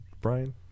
Brian